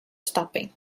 stopping